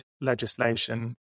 legislation